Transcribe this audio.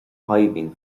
shaidhbhín